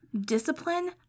discipline